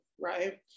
right